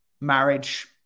Marriage